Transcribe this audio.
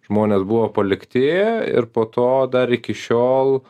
žmonės buvo palikti ir po to dar iki šiol